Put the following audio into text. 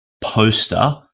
poster